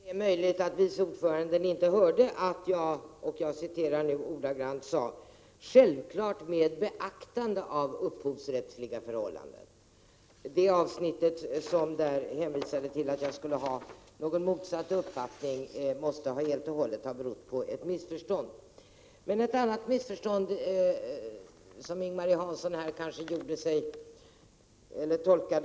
Fru talman! Det är möjligt att vice ordföranden inte hörde att jag i mitt anförande sade ”självfallet med beaktande av upphovsrättsliga förhållanden”. Att hon hänvisade till att jag skulle ha en motsatt uppfattning måste helt och hållet ha berott på ett missförstånd. Ing-Marie Hansson gjorde sig kanske också skyldig till ett annat missförstånd i sin tolkning.